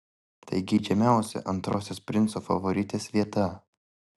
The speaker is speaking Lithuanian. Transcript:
tai geidžiamiausia antrosios princo favoritės vieta